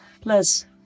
plus